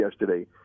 yesterday